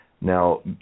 Now